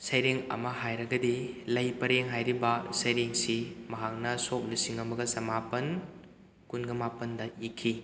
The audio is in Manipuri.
ꯁꯩꯔꯦꯡ ꯑꯃ ꯍꯥꯏꯔꯒꯗꯤ ꯂꯩ ꯄꯔꯦꯡ ꯍꯥꯏꯔꯤꯕ ꯁꯩꯔꯦꯡꯁꯤ ꯃꯍꯥꯛꯅ ꯁꯣꯛ ꯂꯤꯁꯤꯡ ꯑꯃꯒ ꯆꯃꯥꯄꯟ ꯀꯨꯟꯒ ꯃꯥꯄꯟꯗ ꯏꯈꯤ